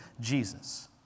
Jesus